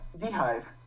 beehive